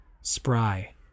spry